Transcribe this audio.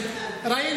הריסות.